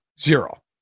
Zero